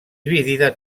dividida